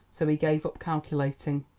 so he gave up calculating.